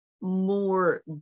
more